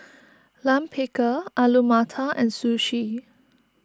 Lime Pickle Alu Matar and Sushi